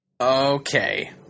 Okay